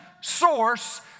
source